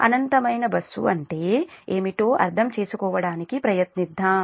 అనంతమైన బస్సు అంటే ఏమిటో అర్థం చేసుకోవడానికి ప్రయత్నిద్దాం